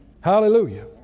Hallelujah